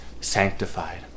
sanctified